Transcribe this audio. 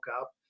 up